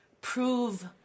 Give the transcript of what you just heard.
prove